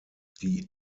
die